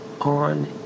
on